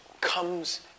comes